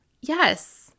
yes